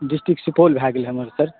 district Supaul भय गेल हमर सर